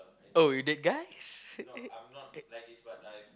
oh you date guys